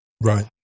Right